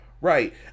Right